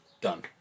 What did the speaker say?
done